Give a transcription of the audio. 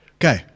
Okay